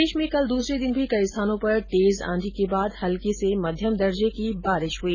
प्रदेश में कल दूसरे दिन भी कई स्थानों पर तेज आंधी के बाद हल्की से मध्यम दर्जे की बारिश हुई